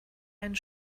einen